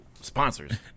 sponsors